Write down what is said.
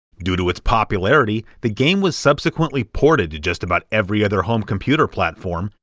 due to its popularity, the game was subsequently ported to just about every other home computer platform,